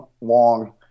long